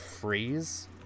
freeze